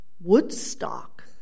Woodstock